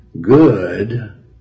good